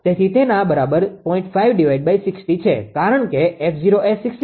તેથી તેના બરાબર છે કારણ કે 𝑓0 એ 60 હર્ટ્ઝ છે બરાબર